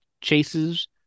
chases